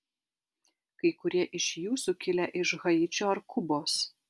kai kurie iš jūsų kilę iš haičio ar kubos